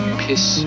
piss